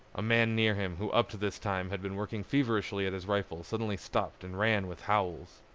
a man near him who up to this time had been working feverishly at his rifle suddenly stopped and ran with howls.